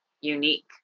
unique